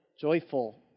Joyful